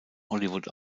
hollywood